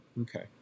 Okay